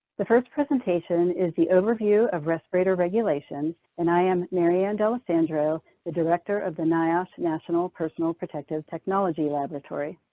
the first presentation is the overview of respirator regulations and i am maryann d'alessandro, the director of the niosh national personal protective technology laboratory.